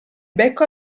becco